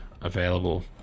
available